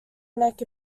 neck